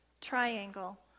triangle